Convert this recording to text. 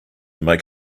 make